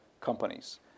companies